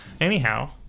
Anyhow